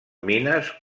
mines